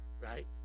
right